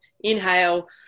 inhale